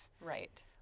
Right